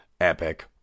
epic